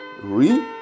re